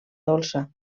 dolça